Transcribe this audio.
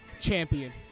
champion